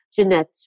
Jeanette